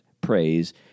praise